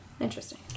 Interesting